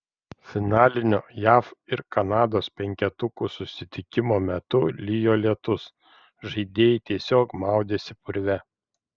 finalinio jav ir kanados penketukų susitikimo metu lijo lietus žaidėjai tiesiog maudėsi purve